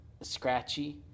scratchy